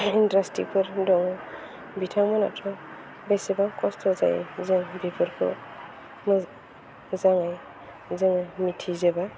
इनदास्ट्रिफोर दं बिथांमोनाथ' बेसेबा खस्थ' जायो जों बेफोरखौ मोजाङै जोङो मिथिजोबा